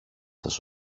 σας